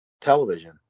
television